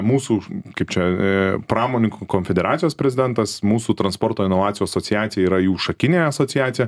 mūsų kaip čia pramoninkų konfederacijos prezidentas mūsų transporto inovacijų asociacija yra jų šakinė asociacija